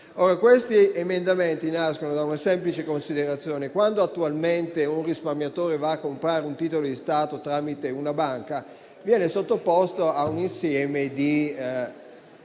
Questi emendamenti nascono da una semplice considerazione. Attualmente, quando un risparmiatore va a comprare un titolo di Stato tramite una banca, viene sottoposto a un insieme di